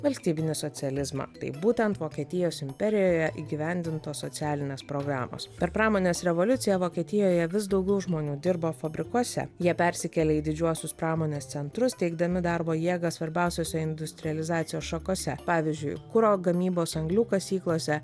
valstybinį socializmą tai būtent vokietijos imperijoje įgyvendintos socialinės programos per pramonės revoliuciją vokietijoje vis daugiau žmonių dirbo fabrikuose jie persikėlė į didžiuosius pramonės centrus teikdami darbo jėgą svarbiausiose industrializacijos šakose pavyzdžiui kuro gamybos anglių kasyklose